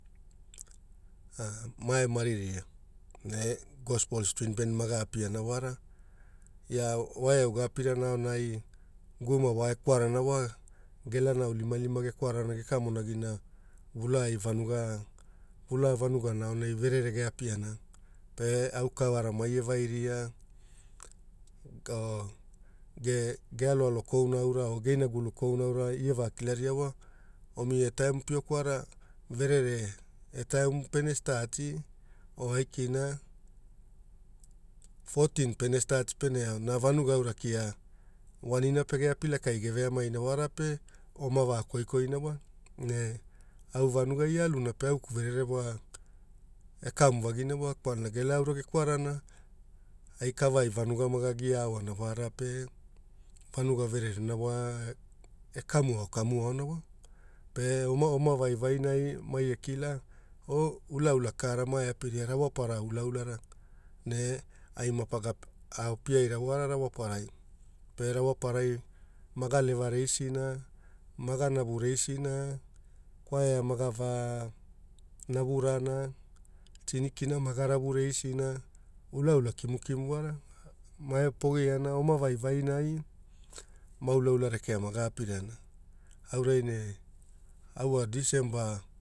mae mariria ne gospel string band mage apiana wara ia wau apiana aonai guma, gumawa gekwarana gekamonagina Vula ai vanuganai verere geapiaana pe aukavara mae vairia gealoalo kouna aura e geinagulu kouna aura ie vaikilaria wa, goimo etaimu veaina veainai pio kwara, verere etaimu pene staati o aikina. Fotin pene aona vanuga au kia, pa ulaula raka mae apiria rawapara ulaula ne ai mapaga rawaparai maga leva reisina, ulaula kimukimura wara. Mae pogiana oma vaivainai maa ulaula rekea maa apirana. Aorai neau wa Disemba